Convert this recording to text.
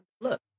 Look